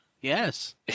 Yes